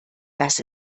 das